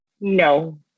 no